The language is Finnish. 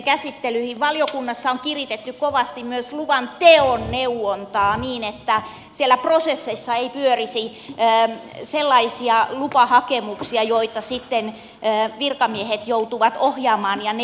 valiokunnassa on kiritetty kovasti myös luvanteon neuvontaa niin että siellä prosesseissa ei pyörisi sellaisia lupahakemuksia joita sitten virkamiehet joutuvat ohjaamaan ja neuvomaan